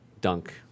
dunk